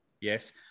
Yes